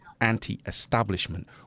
anti-establishment